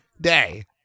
day